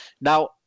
Now